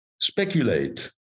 speculate